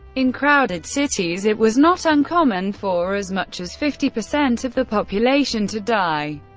in crowded cities, it was not uncommon for as much as fifty percent of the population to die.